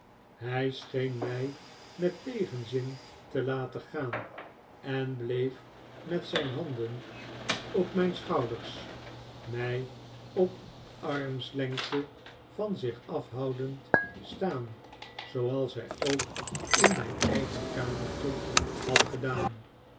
hij scheen mij met tegenzin te laten gaan en bleef met zijn handen op mijn david copper field schouders mij op armslengte van zich afhoudend staan zooals hij ook in mijn eigen kamer had gedaan